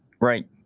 Right